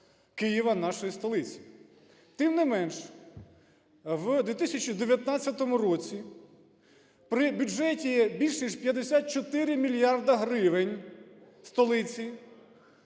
Києва, нашої столиці. Тим не менш, в 2019 році при бюджеті більше 54 мільярда гривень столиці